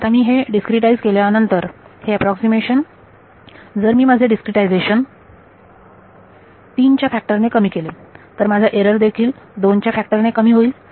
आता मी हे डिस्क्रीटाईज केल्यानंतर हे अॅप्रॉक्सीमेशन जर मी माझे डिस्क्रीटाईझेशन 3 च्या फॅक्टर ने कमी केले तर माझा एरर देखील दोनच्या फॅक्टर ने कमी होईल